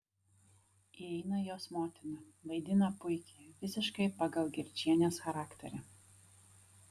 įeina jos motina vaidina puikiai visiškai pagal girčienės charakterį